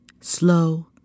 slow